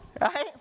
right